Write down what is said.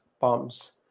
palms